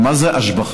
מה זה השבחה?